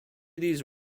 these